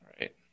Right